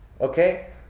Okay